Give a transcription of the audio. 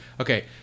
Okay